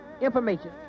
information